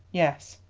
yes,